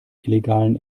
illegalen